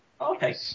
Okay